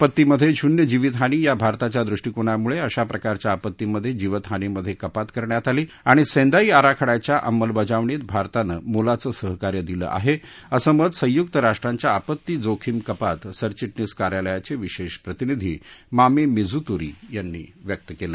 आपत्तीमध्ये शून्य जीवितहानी या भारताच्या दृष्टीकोनामुळे अशा प्रकारच्या आपर्त्तीमध्ये जीवितहानीमध्ये कपात करण्यात आणि आणि सेंदाई आराखड्याच्या अंमलबजावणीत भारतानं मोलाचं योगदान दिलं आहे असं मत संयुक्त राष्ट्रांच्या आपत्ती जोखीम कपात सरचिटणीस कार्यालयाचे विशेष प्रतिनिधी मामी मिझुतोरी यांनी व्यक्त केलं